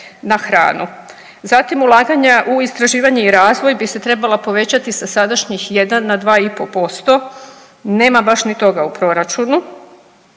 na hranu. Zatim ulaganja u istraživanja i razvoj bi se trebala povećati sa sadašnjih 1 na 2,5% nema baš ni toga u proračunu,